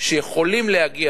שיכולים להגיע,